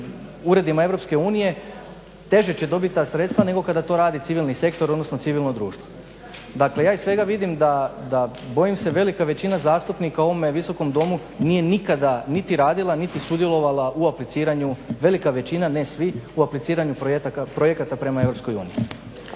unije teže će dobit ta sredstva nego kada to rade civilni sektor, odnosno civilno društvo. Dakle ja iz svega vidim da bojim se velika većina zastupnika u ovom Visokom domu nije nikada niti radila niti sudjelovala u apliciranju, velika većina, ne svi, u apliciranju projekata prema